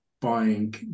buying